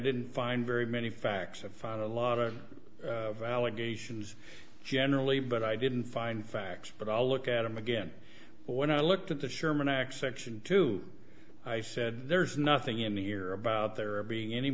didn't find very many facts and found a lot of allegations generally but i didn't find facts but i'll look at them again when i looked at the sherman act section two i said there's nothing in here about there being any